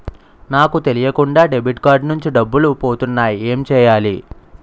నాకు తెలియకుండా debit card నుంచి డబ్బులు పోతున్నాయి ఎం చెయ్యాలి?